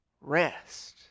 rest